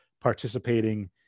participating